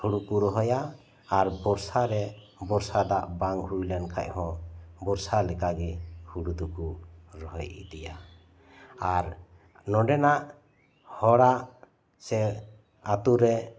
ᱦᱩᱲᱩ ᱠᱚ ᱨᱚᱦᱚᱭᱟ ᱟᱨ ᱵᱚᱨᱥᱟ ᱨᱮ ᱵᱚᱨᱥᱟ ᱫᱟᱜ ᱵᱟᱝ ᱦᱩᱭᱞᱮᱱ ᱠᱷᱟᱡ ᱦᱚᱸ ᱵᱚᱦᱨᱥᱟ ᱞᱮᱠᱟ ᱜᱮ ᱦᱩᱲᱩ ᱫᱚᱠᱚ ᱨᱚᱦᱚᱭ ᱤᱫᱤᱭᱟ ᱟᱨ ᱱᱚᱰᱮᱱᱟᱜ ᱦᱚᱲᱟᱜ ᱥᱮ ᱟᱹᱛᱩ ᱨᱮ